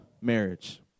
marriage